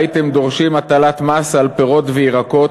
הייתם דורשים הטלת מס על פירות וירקות,